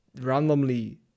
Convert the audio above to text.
randomly